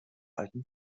alten